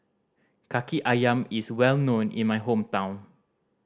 Kaki Ayam is well known in my hometown